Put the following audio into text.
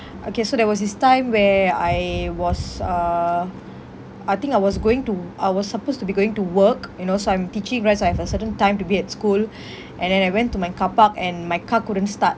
okay so there was this time where I was uh I think I was going to I was supposed to be going to work you know so I'm teaching right so I have a certain time to be at school and then I went to my car park and my car couldn't start